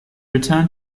return